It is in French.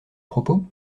propos